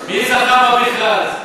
מי זכה במכרז?